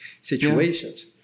situations